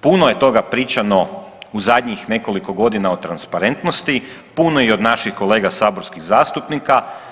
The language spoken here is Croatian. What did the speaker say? puno je toga pričano u zadnjih nekoliko godina o transparentnosti, puno i od naših kolega saborskih zastupnika.